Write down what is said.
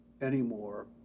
anymore